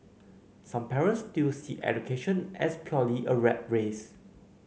some parents still see education as purely a rat race